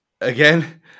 Again